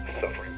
suffering